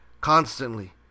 constantly